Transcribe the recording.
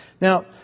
Now